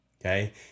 Okay